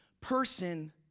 person